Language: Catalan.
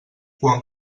quan